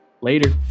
Later